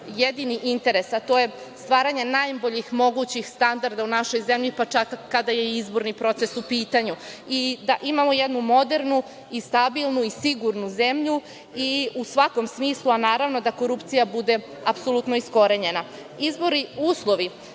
jedini interes, a to je stvaranje najboljih mogućih standarda u našoj zemlji, pa čak i kada je izborni proces u pitanju. Imamo jednu modernu i stabilnu i sigurnu zemlju i u svakom smislu, a naravno da korupcija bude apsolutno iskorenjena. Izborni uslovi,